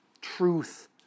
truth